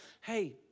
hey